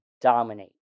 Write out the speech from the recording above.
dominate